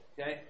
Okay